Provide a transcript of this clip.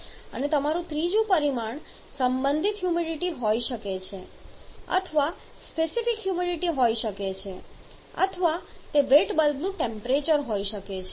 અને તમારું ત્રીજું પરિમાણ સંબંધિત હ્યુમિડિટી હોઈ શકે છે અથવા સ્પેસિફિક હ્યુમિડિટી હોઈ શકે છે અથવા તે વેટ બલ્બનું ટેમ્પરેચર હોઈ શકે છે